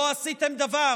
לא עשיתם דבר